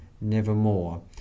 nevermore